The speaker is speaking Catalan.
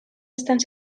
estan